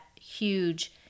huge